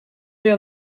wir